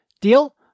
deal